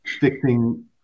fixing